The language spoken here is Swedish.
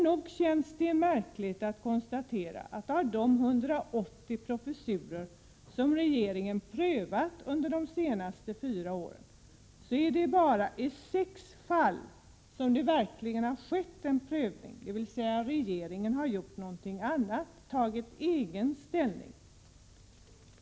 Nog känns det märkligt att konstatera att det av de 180 professurer som regeringen har prövat under de senaste fyra åren bara är 6 fall där det verkligen har skett en prövning, där regeringen alltså har gjort ett eget ställningstagande.